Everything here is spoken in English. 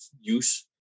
use